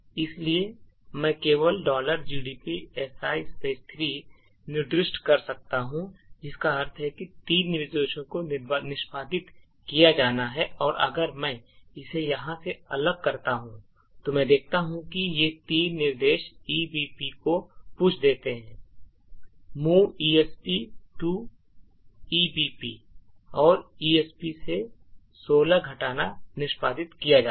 इसलिए मैं केवल gdb si 3 निर्दिष्ट कर सकता हूं जिसका अर्थ है कि 3 निर्देशों को निष्पादित किया जाना है और अगर मैं इसे यहां से अलग करता हूं तो मैं देखता हूं कि ये 3 निर्देश ebp को push देते हैं move esp to ebp और esp से 16 घटाना निष्पादित किया गया है